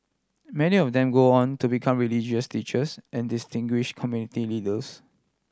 many of them go on to become religious teachers and distinguish community leaders